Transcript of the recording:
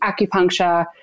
acupuncture